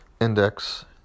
index